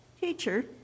Teacher